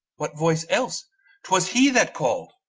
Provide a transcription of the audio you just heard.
what voice else twas he that called!